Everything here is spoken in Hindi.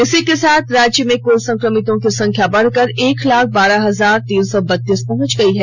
इसी के साथ राज्य में कुल संक्रमितों की संख्या बढ़कर एक लाख बारह हजार तीन सौ बत्तीस पहुंच गई है